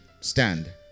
stand